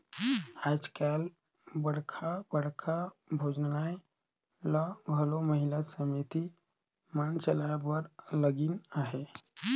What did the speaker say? आएज काएल बड़खा बड़खा भोजनालय ल घलो महिला समिति मन चलाए बर लगिन अहें